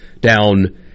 down